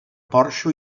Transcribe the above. porxo